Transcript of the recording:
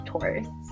tourists